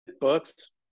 books